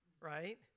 right